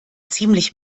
ziemlich